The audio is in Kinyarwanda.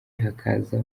hakaza